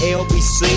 lbc